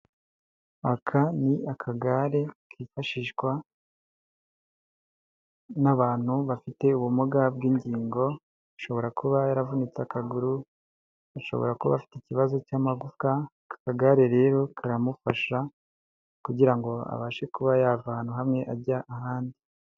Aka ni akagare kifashishwa n'abantu bafite ubumuga bw'ingingo, ashobora kuba yaravunitse akaguru, ashobora kuba afite ikibazo cy'amagufwa, aka kagare rero karamufasha kugira ngo abashe kuba yava ahantu hamwe ajya ahandi.